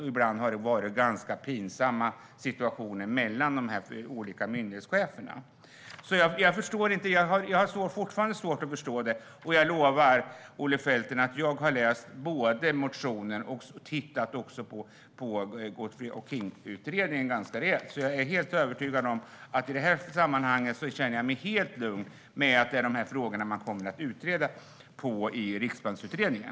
Ibland har det uppstått en ganska pinsam situation mellan de olika myndighetscheferna. Jag har fortfarande svårt att förstå detta. Jag lovar Olle Felten att jag har både läst motioner och tagit en rejäl titt på Goodfriends och Kings utredning, så i detta sammanhang känner jag mig helt lugn med att det är dessa frågor som kommer att utredas i Riksbanksutredningen.